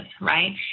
right